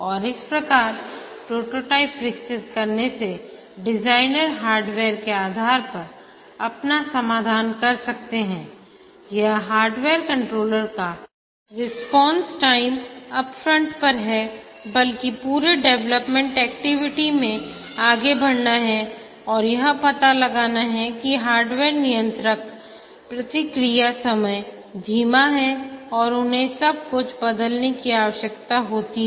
और इस प्रकार प्रोटोटाइप विकसित करने से डिज़ाइनर हार्डवेयर के आधार पर अपना समाधान कर सकते हैं यह हार्डवेयर कंट्रोलर का रिस्पांस टाइम अपफ्रंट पर है बल्कि पूरे डेवलपमेंट एक्टिविटी में आगे बढ़ना है और यह पता लगाना कि हार्डवेयर नियंत्रक प्रतिक्रिया समय धीमा है और उन्हें सब कुछ बदलने की आवश्यकता है